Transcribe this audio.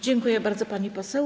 Dziękuję bardzo, pani poseł.